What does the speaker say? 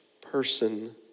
person